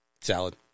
Salad